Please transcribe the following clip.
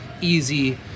easy